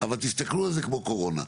אבל תסתכלו על זה כמו קורונה.